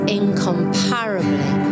incomparably